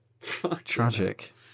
tragic